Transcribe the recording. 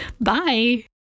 bye